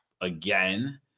again